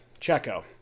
Checo